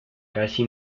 casi